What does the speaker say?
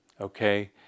okay